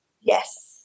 Yes